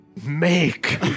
make